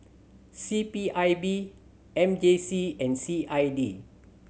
C P I B M J C and C I D